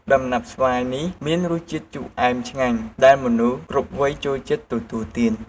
ដំណាប់ស្វាយនេះមានរសជាតិជូរអែមឆ្ងាញ់ ដែលមនុស្សគ្រប់វ័យចូលចិត្តទទួលទាន។